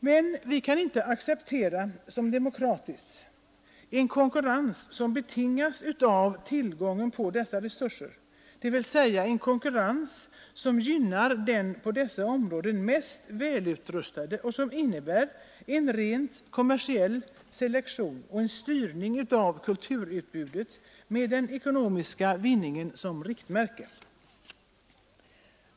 Men vi kan inte acceptera som demokratisk en konkurrens som betingas av tillgången på dessa resurser, dvs. en konkurrens som gynnar den på dessa områden mest välutrustade och som innebär en rent kommersiell selektion och en styrning av kulturutbudet med den ekonomiska vinningen som riktmärke.